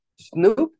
Snoop